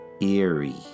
Eerie